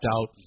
out